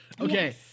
Okay